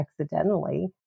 accidentally